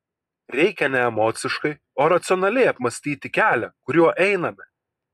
reikia ne emociškai o racionaliai apmąstyti kelią kuriuo einame